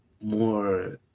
more